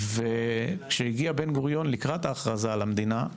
וכשהגיע בן-גוריון לקראת ההכרזה על המדינה,